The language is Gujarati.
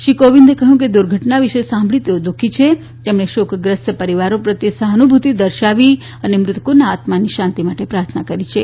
શ્રી કોવિંદે કહ્યું કે દુર્ઘટના વિશે સાંભળીને તેઓ દુખી છે તેમણે શોકગ્રસ્ત પરિવારો પ્રત્યે સહાનુભૂતિ દર્શાવી અને મૃતકોના આત્માની શાંતિ માટે પ્રાર્થના કરી છે